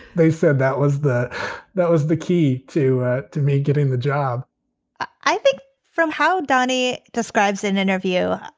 they said that was the that was the key to to me getting the job i think from how danny describes in interview,